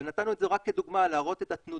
אבל נתנו את זה רק כדוגמה להראות את התנודתיות.